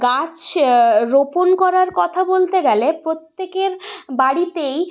গাছ রোপণ করার কথা বলতে গেলে প্রত্যেকের বাড়িতেই